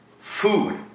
food